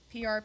PR